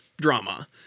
drama